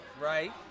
Right